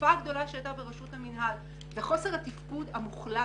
התחלופה הגדולה שהייתה ברשות המינהל וחוסר התפקוד המוחלט